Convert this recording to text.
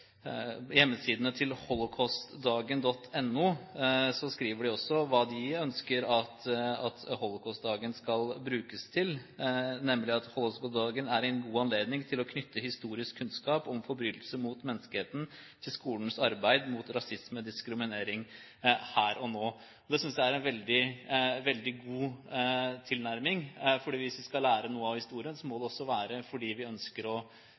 På hjemmesidene til holocaustdagen.no skriver man at holocaustdagen er en «god anledning til å knytte historisk kunnskap om forbrytelser mot menneskeheten til skolenes arbeid mot rasisme og diskriminering her og nå.» Det synes jeg er en veldig god tilnærming. For hvis vi skal lære noe av historien, må vi